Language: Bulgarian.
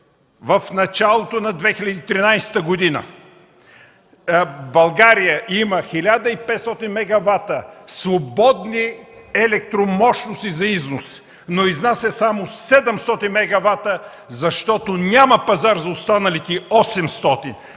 В началото на 2013 г. България има 1500 мегавата свободни електромощности за износ, но изнася само 700 мегавата, защото няма пазар за останалите 800 –